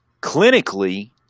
clinically